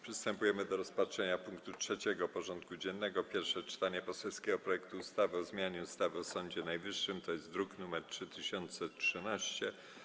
Przystępujemy do rozpatrzenia punktu 3. porządku dziennego: Pierwsze czytanie poselskiego projektu ustawy o zmianie ustawy o Sądzie Najwyższym (druk nr 3013)